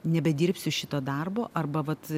nebedirbsiu šito darbo arba vat